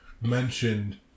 mentioned